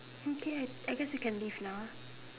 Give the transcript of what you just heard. okay I I guess you can leave now